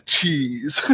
Cheese